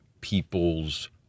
people's